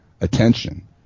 attention